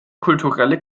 kulturelle